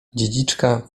dziedziczka